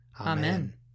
Amen